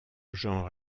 genre